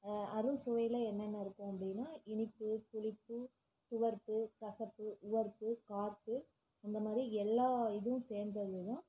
அறுஞ்சுவையில் என்னென்ன இருக்கும் அப்படின்னா இனிப்பு புளிப்பு துவர்ப்பு கசப்பு உவர்ப்பு கார்ப்பு இந்தமாதிரி எல்லா இதுவும் சேர்ந்ததுதான்